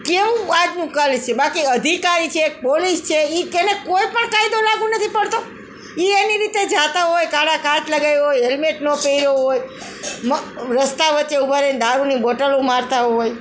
કેવું આજનું કરે છે બાકી અધિકારી છે કે પોલીસ છે એ કે એને કોઇપણ કાયદો લાગુ નથી પડતો એ એની રીતે જતા હોય કાળા કાચ લગાવ્યા હોય હેલ્મેટ ન પહેર્યું હોય મ રસ્તા વચ્ચે ઉભા રહીને દારૂની બોટલો મારતા હોય